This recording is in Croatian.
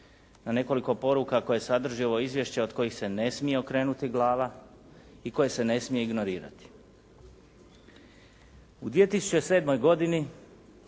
na nekoliko poruka koje sadrži ovo izvješće od kojih se ne smije okrenuti glava i koje se ne smije ignorirati. U 2007. godini